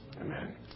Amen